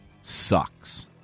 sucks